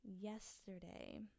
yesterday